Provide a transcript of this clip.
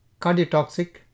cardiotoxic